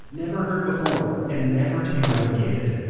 never heard before, and never to be replicated.